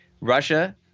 Russia